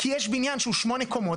כי יש בניין שהוא שמונה קומות,